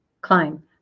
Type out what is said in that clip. climb